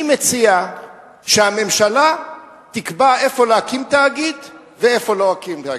אני מציע שהממשלה תקבע איפה להקים תאגיד ואיפה לא להקים תאגיד,